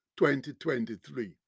2023